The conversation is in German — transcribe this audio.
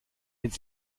ins